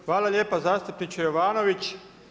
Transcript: Hvala lijepa zastupniče Jovanović.